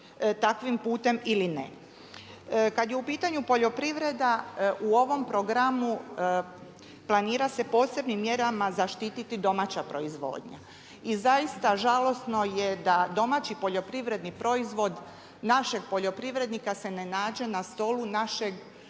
takvim putem ili ne. Kad je u pitanju poljoprivreda u ovom programu planira se posebnim mjerama zaštititi domaća proizvodnja. I zaista, žalosno je da domaći poljoprivredni proizvod našeg poljoprivrednika se ne nađe na stolu našeg